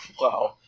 Wow